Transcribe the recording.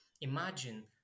imagine